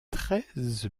treize